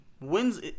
wins